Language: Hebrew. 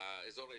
באזור האישי,